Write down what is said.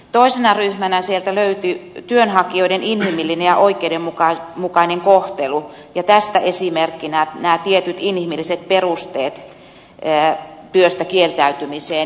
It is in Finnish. toisena ryhmänä sieltä löytyi työnhakijoiden inhimillinen ja oikeudenmukainen kohtelu ja tästä esimerkkinä nämä tietyt inhimilliset perusteet työstä kieltäytymiseen